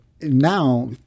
now